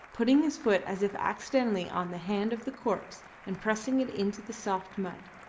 putting his foot as if accidentally on the hand of the corpse and pressing it into the soft mud.